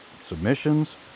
submissions